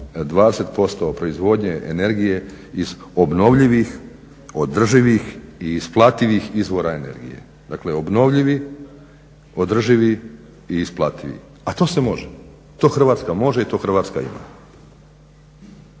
20% proizvodnje energije iz obnovljivih, održivih i isplativih izvora energije. Dakle, obnovljivi, održivi i isplativi. A to se može. To Hrvatska može i to Hrvatska ima.